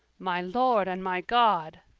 my lord and my god!